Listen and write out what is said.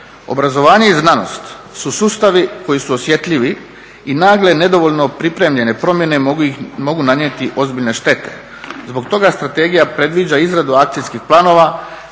Obrazovanje i znanost su sustavi koji su osjetljivi i nagle, nedovoljno pripremljene promjene mogu nanijeti ozbiljne štete. Zbog toga strategija predviđa izradu akcijskih planova